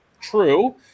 true